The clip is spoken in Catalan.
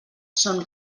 son